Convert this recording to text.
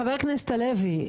חבר הכנסת הלוי,